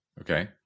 Okay